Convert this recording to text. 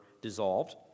dissolved